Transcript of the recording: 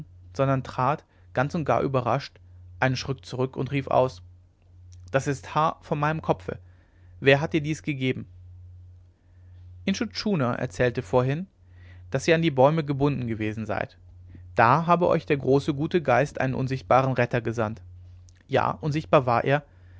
sondern trat ganz und gar überrascht einen schritt zurück und rief aus das ist haar von meinem kopfe wer hat dir dies gegeben intschu tschuna erzählte vorhin daß ihr an die bäume gebunden gewesen seid da habe euch der große gute geist einen unsichtbaren retter gesandt ja unsichtbar war er